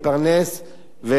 ואני אומר לך,